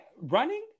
Running